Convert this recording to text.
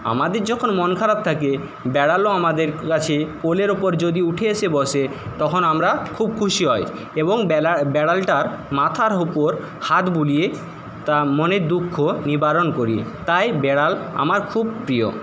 আমাদের যখন মন খারাপ থাকে বিড়ালও আমাদের কাছে কোলের ওপর যদি উঠে এসে বসে তখন আমরা খুব খুশি হই এবং বিড়াল বিড়ালটার মাথার ওপর হাত বুলিয়ে তা মনের দুঃখ নিবারণ করি তাই বিড়াল আমার খুব প্রিয়